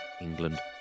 England